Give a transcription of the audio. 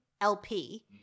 LP